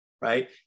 right